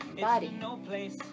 Body